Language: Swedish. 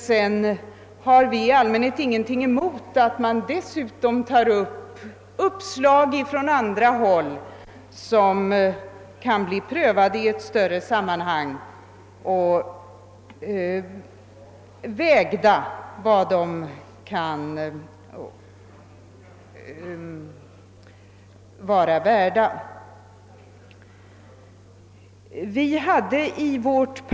Vi har i allmänhet ingenting emot att man dessutom diskuterar uppslag från andra håll som kan tas upp till prövning i större sammanhang och bli beaktade efter vad de är värda.